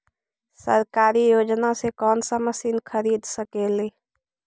सरकारी योजना से कोन सा मशीन खरीद सकेली?